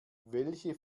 welche